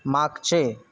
मागचे